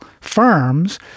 firms